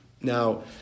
Now